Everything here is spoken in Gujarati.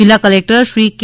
જિલ્લા કલેક્ટર શ્રી કે